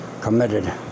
committed